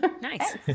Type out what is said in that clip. Nice